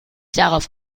darauf